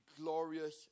glorious